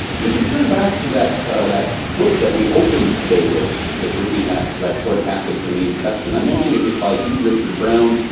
we should turn back to that so that book that we opened today with with reading that that short passage from the introduction. i mentioned it was by e. richard brown,